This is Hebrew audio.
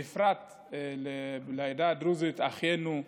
ובפרט לעדה הדרוזית, אחינו,